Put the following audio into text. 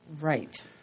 Right